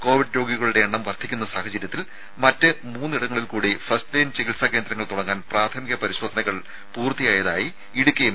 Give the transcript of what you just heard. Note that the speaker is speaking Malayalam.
കോവിഡ് രോഗികളുടെ എണ്ണം വർദ്ധിക്കുന്ന സാഹചര്യത്തിൽ മറ്റ് മൂന്നിടങ്ങളിൽക്കൂടി ഫസ്റ്റ്ലൈൻ ചികിത്സാ കേന്ദ്രങ്ങൾ തുടങ്ങാൻ പ്രാഥമിക പരിശോധനകൾ പൂർത്തിയായതായി ഇടുക്കി എം